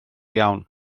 iawn